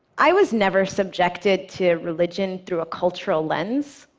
i was never subjected to religion through a cultural lens.